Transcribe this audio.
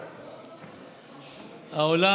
העולם,